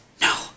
no